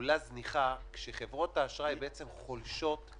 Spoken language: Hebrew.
הלוואי שכל מה שהם הבטיחו לי היה